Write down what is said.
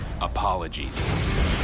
apologies